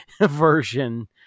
version